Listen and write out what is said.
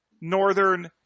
Northern